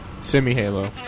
Semi-Halo